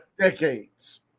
decades